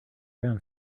ran